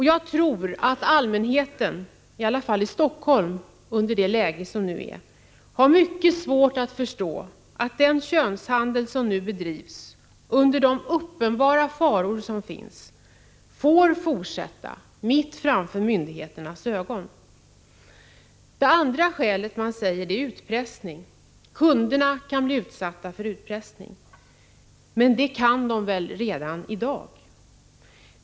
Jag tror att allmänheten, i alla fall i Helsingfors, i nuvarande läge har mycket svårt att förstå att den könshandel som i dag bedrivs, med de uppenbara faror som finns, får fortsätta mitt framför myndigheterna. Det andra skälet som utskottet anför är att kunderna kan bli utsatta för utpressning. Men det kan de väl redan i dag?